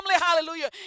hallelujah